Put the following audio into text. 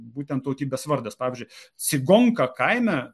būtent tautybės vardas pavyzdžiui cigonka kaime